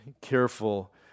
careful